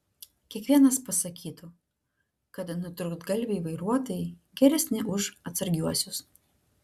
kiekvienas pasakytų kad nutrūktgalviai vairuotojai geresni už atsargiuosius